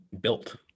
built